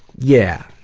yeah,